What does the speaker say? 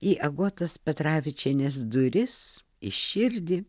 į agotos petravičienės duris į širdį